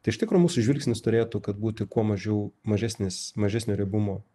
tai iš tikro mūsų žvilgsnis turėtų kad būti kuo mažiau mažesnis mažesnio riebumo